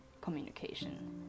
communication